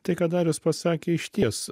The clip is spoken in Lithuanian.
tai ką darius pasakė išties